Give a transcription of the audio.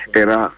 era